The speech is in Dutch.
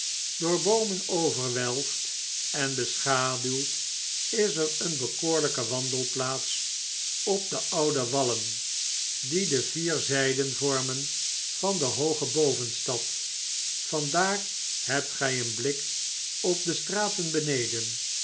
door boo men overwelfd en beschaduwd is er een bekoorlyke wandelplaats op de oude wallen die de vier zyden vormen van dehooge bovenstad vandaar hebt gy een blik op de straten beneden